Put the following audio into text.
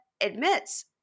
admits